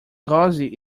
gussie